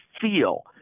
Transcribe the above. feel